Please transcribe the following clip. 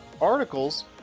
articles